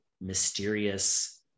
mysterious